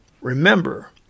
Remember